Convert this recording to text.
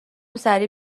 سریع